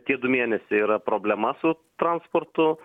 tie du mėnesiai yra problema su transportu